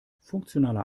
funktionaler